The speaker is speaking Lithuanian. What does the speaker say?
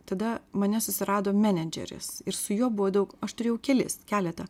tada mane susirado menedžeris ir su juo buvo daug aš turėjau kelis keletą